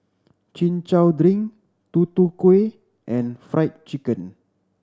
Chin Chow drink Tutu Kueh and Fried Chicken